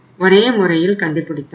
ஒரே முறையில் கண்டுபிடித்தோம்